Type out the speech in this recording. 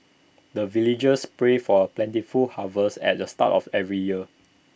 the villagers pray for plentiful harvest at the start of every year